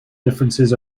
differences